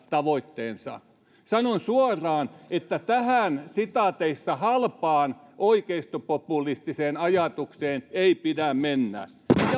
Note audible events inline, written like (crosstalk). (unintelligible) tavoitteensa sanon suoraan että tähän halpaan oikeistopopulistiseen ajatukseen ei pidä mennä